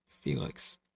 Felix